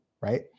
right